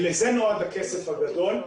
לזה נועד הכסף הגדול.